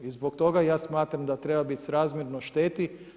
I zbog toga ja smatram da treba biti srazmjerno šteti.